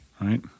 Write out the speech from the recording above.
right